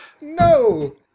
No